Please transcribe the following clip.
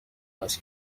ماچ